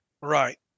Right